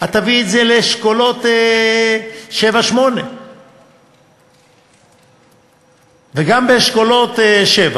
את תביאי את זה לאשכולות 8-7. וגם באשכולות 7,